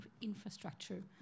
infrastructure